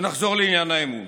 ונחזור לעניין האמון,